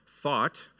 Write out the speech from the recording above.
thought